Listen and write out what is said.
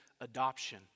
adoption